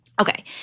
Okay